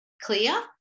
clear